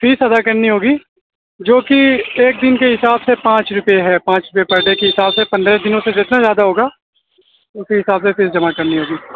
face ادا کرنی ہوگی جو کہ ایک دن کے حساب سے پانچ روپے ہے پانچ روپے پر ڈے کے حساب سے پندرہ دنوں سے جتنا زیادہ ہوگا اس حساب سے فیس جمع کرنی ہوگی